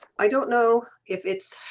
i don't know if it's